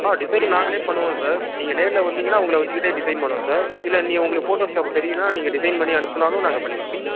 ஆ design நாங்களே பண்ணுவோம் sir நீங்கள் நேரில் வந்தீங்கன்னால் உங்கள வச்சுக்கிட்டே டிசைன் பண்ணுவோம் சார் இல்லை உங்களுக்கு போட்டோஷாப் தெரியும்னால் நீங்கள் டிசைன் பண்ணி அனுப்பினாலும் நாங்கள் பண்ணிக்கொடுப்போம் சார்